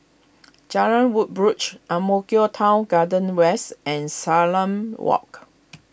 Jalan Woodbridge Ang Mo Kio Town Garden West and Salam Walk